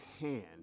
hand